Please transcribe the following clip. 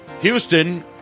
Houston